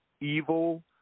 evil